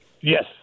yes